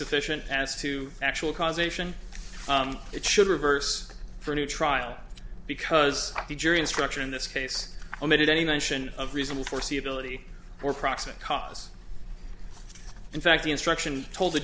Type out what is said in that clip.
sufficient as to actual causation it should reverse for a new trial because the jury instruction in this case omitted any one action of reasonable foreseeability or proximate cause in fact the instruction told the